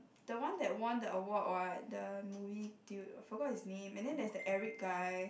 the one that won the award what the movie the~ forgot his name and then there's the Eric guy